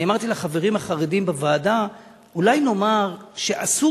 אני אמרתי לחברים החרדים בוועדה: אולי נאמר שאסור